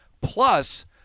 plus